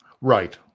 Right